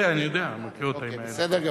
אתי, אני יודע, מכיר אותה, אוקיי, בסדר גמור.